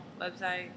website